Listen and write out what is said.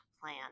plan